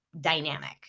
dynamic